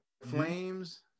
flames